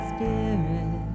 Spirit